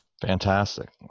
Fantastic